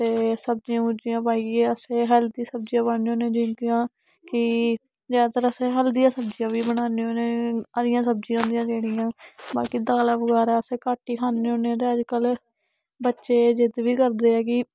ते सब्जियां सुब्जियां पाइयै अस हल्दी सब्जियां पान्ने हुन्ने जियां कि ज्यादातर असें हैल्दियां सब्जियां बी बनाने होन्ने हरियां सब्जियां होंदियां जेह्ड़ियां बाकी दालां बगैरा असें घट्ट ही खान्ने होन्ने ते अज्जकल बच्चे जिद्द बी करदे ऐ कि